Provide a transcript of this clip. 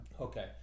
Okay